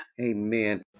Amen